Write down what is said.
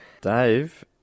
Dave